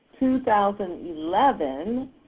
2011